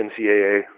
NCAA